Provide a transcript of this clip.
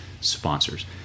sponsors